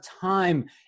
time